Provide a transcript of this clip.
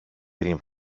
πριν